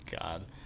God